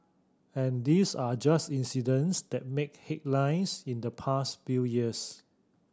and these are just incidents that made headlines in the past few years